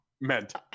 Meant